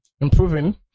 improving